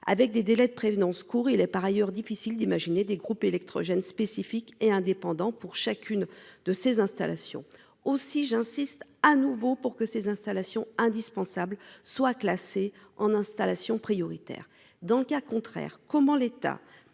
avec des délais de prévenance court il est par ailleurs difficile d'imaginer des groupes électrogènes spécifique et indépendant pour chacune de ces installations aussi, j'insiste à nouveau pour que ces installations indispensable soit classé en installation prioritaire dans le cas contraire, comment l'État